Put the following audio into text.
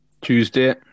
Tuesday